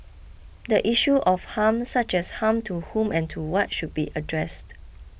the issue of harm such as harm to whom and to what should be addressed